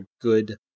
good